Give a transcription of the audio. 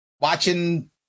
Watching